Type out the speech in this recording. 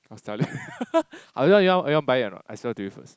I was telling you you want buy or not I sell to you first